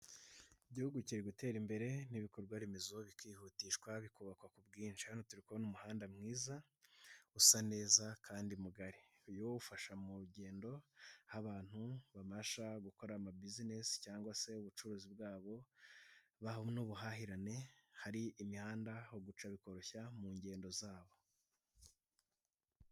Igihugu kiri gutera imbere n'ibikorwa remezo bikihutishwa bikubakwa ku bwinshi, hano turi kubona umuhanda mwiza usa neza, kandi mugari, uyu ufasha mu ngendo aho abantu babasha gukora ama business cyangwa se ubucuruzi bwabo n'ubuhahirane, hari imihanda bikoroshya mu ngendo zabo.